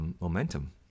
momentum